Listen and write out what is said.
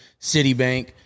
Citibank